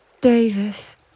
Davis